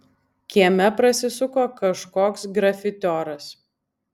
kieme prasisuko kažkoks grafitioras